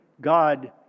God